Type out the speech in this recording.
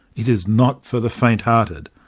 it is not for the faint-hearted.